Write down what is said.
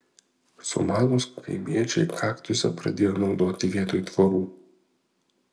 sumanūs kaimiečiai kaktusą pradėjo naudoti vietoj tvorų